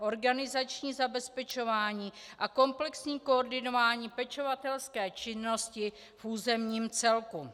Organizační zabezpečování a komplexní koordinování pečovatelské činnosti v územním celku.